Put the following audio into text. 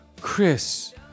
Chris